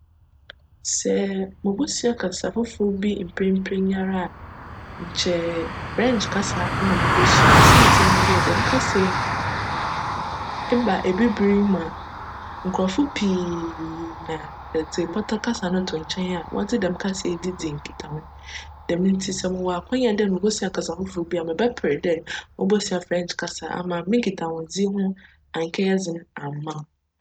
Sj mobosua kasa fofor bi mprjmprj yi ara nkyj frenkye kasa na mobosua osiandj djm kasa yi eba ebibir yi mu a nkorcfo pii na sj edze pctc kasa no to nkyjn a, wcdze djm kasa yi dzi nkitaho djm ntsi mowc akwanya dj mobosua kasa fofor bi a, mebjper dj mobosua frenkye kasa ama me nkitahodzi annkjyj dzen amma me.